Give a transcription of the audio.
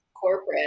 corporate